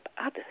others